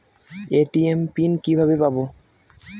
ATM PIN কিভাবে পাবো?